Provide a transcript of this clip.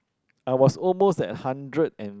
I was almost at hundred and